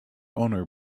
owner